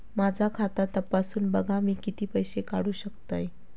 माझा खाता तपासून बघा मी किती पैशे काढू शकतय?